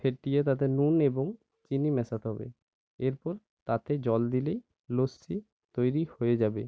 ফেটিয়ে তাতে নুন এবং চিনি মেশাতে হবে এরপর তাতে জল দিলেই লস্যি তৈরি হয়ে যাবে